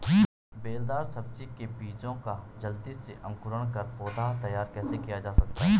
बेलदार सब्जी के बीजों का जल्दी से अंकुरण कर पौधा तैयार कैसे किया जा सकता है?